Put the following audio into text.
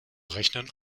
rechnen